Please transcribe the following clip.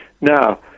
now